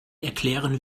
erklären